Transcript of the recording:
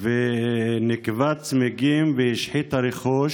וניקבה צמיגים והשחיתה רכוש